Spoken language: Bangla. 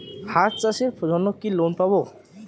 হাঁস চাষের জন্য কি লোন পাব?